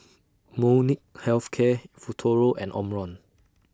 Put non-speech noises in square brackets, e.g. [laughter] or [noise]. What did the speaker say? [noise] Molnylcke Health Care Futuro and Omron